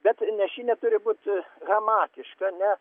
bet nešinė turi būt hamatiška nes